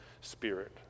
spirit